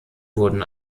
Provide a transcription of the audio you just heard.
wurden